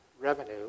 revenue